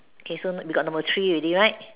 okay so we got number three already right